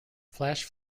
flash